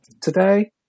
today